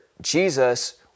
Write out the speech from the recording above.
Jesus